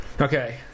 Okay